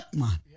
man